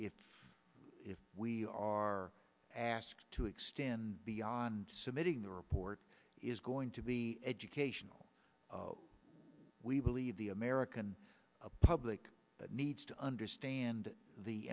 goal if we are asked to extend beyond submitting the report is going to be educational we believe the american public needs to understand the